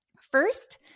First